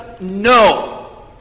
no